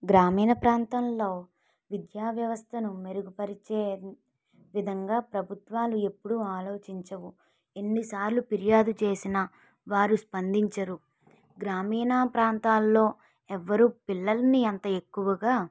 గ్రామీణ ప్రాంతంలో విద్యా వ్యవస్థను మెరుగుపరిచే విధంగా ప్రభుత్వాలు ఎప్పుడు ఆలోచించవు ఎన్నిసార్లు ఫిర్యాదు చేసిన వారు స్పందించరు గ్రామీణ ప్రాంతాలలో ఎవరు పిల్లల్ని అంత ఎక్కువగా